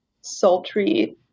sultry